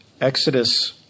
Exodus